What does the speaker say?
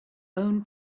own